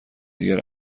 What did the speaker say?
دیگر